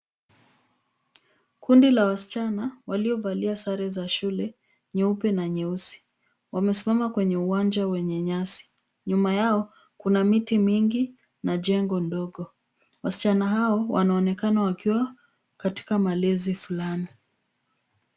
Kundi la wasichana waliovalia sare za shule nyeupe na nyeusi. Wamesimama kwenye uwanja wenye nyasi. Nyuma yao kuna miti mingi na jengo dogo. Wasichana hao wanaonekana wakiwa katika malezi fulani.